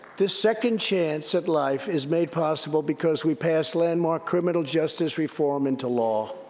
this second chance at life is made possible because we passed landmark criminal justice reform into law.